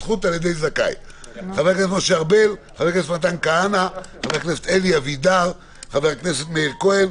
משה ארבל, מתן כהנא, אלי אבידר, מאיר כהן,